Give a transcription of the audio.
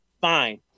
Fine